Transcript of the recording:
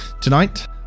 Tonight